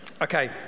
Okay